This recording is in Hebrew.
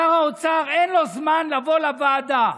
שר האוצר, אין לו זמן לבוא לוועדה,